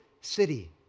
city